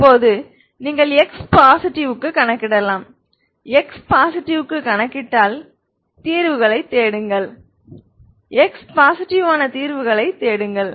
இப்போது நீங்கள் x positive க்கு கணக்கிடலாம் x பாசிடிவ் க்கு கணக்கிட்டால் தீர்வுகளைத் தேடுங்கள் x பாசிடிவ் ஆன தீர்வுகளைத் தேடுங்கள்